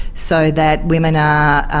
so that women are,